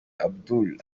abdul